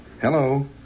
Hello